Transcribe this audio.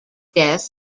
death